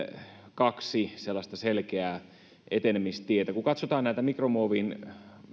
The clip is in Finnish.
kaksi selkeää etenemistietä kun katsotaan näitä mikromuovin